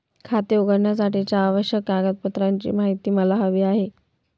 खाते उघडण्यासाठीच्या आवश्यक कागदपत्रांची माहिती मला हवी आहे